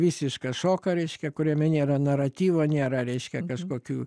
visišką šoką reiškia kuriame nėra naratyvo nėra reiškia kažkokių